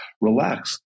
relax